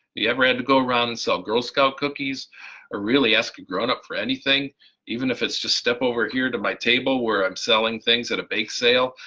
you ever had to go around and sell girl scout cookies or really ask a grown-up for anything even if it's just step over here to my table where i'm selling things at a bake sale,